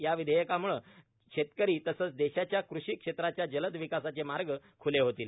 या विधेयकांम्ळे याम्ळे शेतकरी तसंच देशाच्या कृषी क्षेत्राच्या जलद विकासाचे मार्ग ख्ले होतील